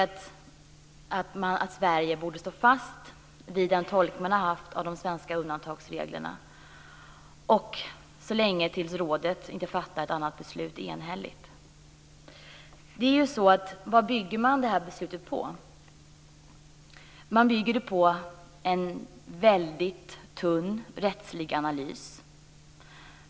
Vi anser att Sverige borde stå fast vid den tolkning som man har gjort av de svenska undantagsreglerna, så länge rådet inte enhälligt fattar ett annat beslut. Vad bygger man då det här beslutet på? Det bygger på en väldigt tunn rättslig analys.